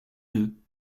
deux